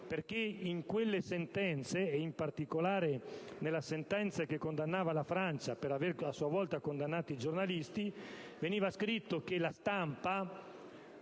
In quelle sentenze, ed in particolare in quella che ha condannato la Francia per avere a sua volta condannato i giornalisti, veniva scritto che la stampa